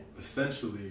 essentially